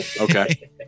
okay